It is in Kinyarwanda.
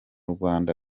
rwanda